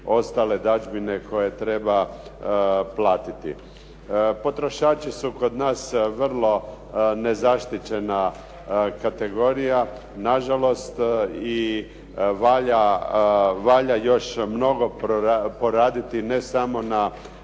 ostale dažbine koje treba platiti. Potrošači su kod nas vrlo nezaštićena kategorija, na žalost i valja još mnogo poraditi ne samo na